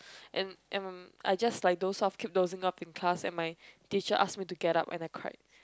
and I'm I just like doze off and keep dozing off in class and my teacher asked me to get out and I cried